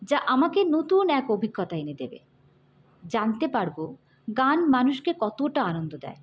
যা আমাকে নতুন এক অভিজ্ঞতা এনে দেবে জানতে পারব গান মানুষকে কতটা আনন্দ দেয়